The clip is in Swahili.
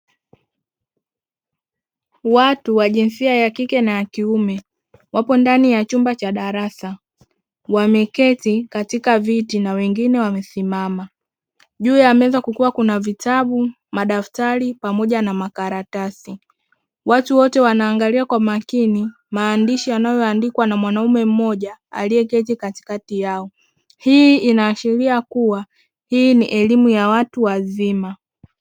Watu wa jinsia ya kike na ya kiume wapo ndani ya chumba cha darasa wameketi katika viti na wengine wamesimama. Juu ya meza kukiwa kuna: vitabu, madaftari pamoja na makaratasi; watu wote wanaangalia kwa makini maandishi yanayoandikwa na mwanaume mmoja aliyeketi katikati yao. Hii inaashiria kuwa hii ni elimu ya watu wazima.